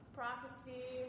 prophecy